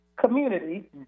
community